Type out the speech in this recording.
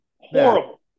Horrible